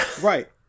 Right